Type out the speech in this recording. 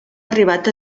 arribat